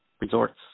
Resorts